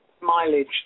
mileage